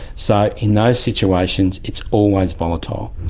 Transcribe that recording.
so in those situations it's always volatile.